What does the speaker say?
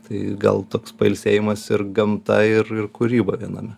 tai gal toks pailsėjimas ir gamta ir ir kūryba viename